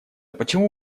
почему